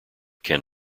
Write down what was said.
ken